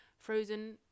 Frozen